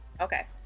Okay